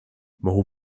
mohu